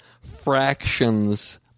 fractions